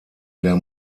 der